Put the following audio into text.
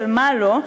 של מה לא,